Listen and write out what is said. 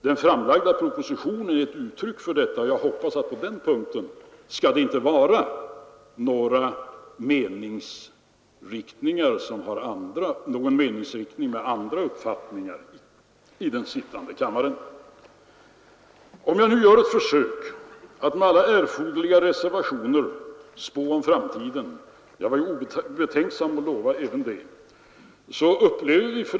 Den framlagda propositionen är ett uttryck för detta, och jag hoppas att det på den punkten i den sittande kammaren inte finns någon meningsriktning med andra uppfattningar. Om jag nu gör ett försök att med alla erforderliga reservationer spå om framtiden — jag var obetänksam nog att lova även det — vill jag säga följande.